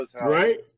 Right